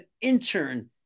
intern